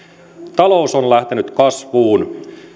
talous on lähtenyt kasvuun